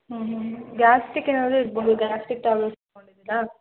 ಹ್ಞೂ ಹ್ಞೂ ಹ್ಞೂ ಗ್ಯಾಸ್ಟಿಕ್ ಏನಾದರು ಇರ್ಬೌದಾ ಗ್ಯಾಸ್ಟಿಕ್ ಟ್ಯಾಬ್ಲೆಟ್